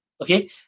okay